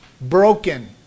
broken